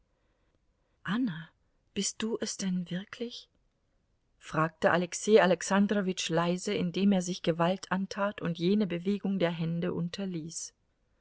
anna bist du es denn wirklich fragte alexei alexandrowitsch leise indem er sich gewalt antat und jene bewegung der hände unterließ